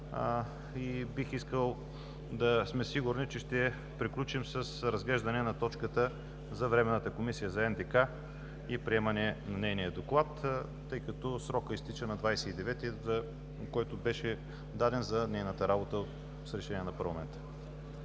и бих искал да сме сигурни, че ще приключим с разглеждане на точката за Временната комисия за НДК и приемане на нейния доклад, тъй като срокът изтича на 29 юли 2017 г., който беше даден за нейната работа с решение на парламента.